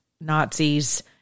Nazis